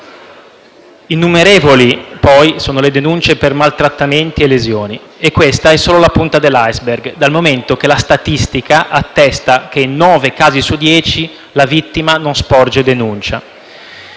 Innumerevoli poi sono le denunce per maltrattamenti e lesioni; e questa è solo la punta dell'*iceberg*, dal momento che la statistica attesta che in nove casi su dieci la vittima non sporge denuncia.